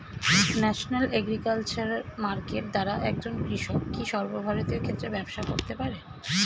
National agriculture market দ্বারা একজন কৃষক কি সর্বভারতীয় ক্ষেত্রে ব্যবসা করতে পারে?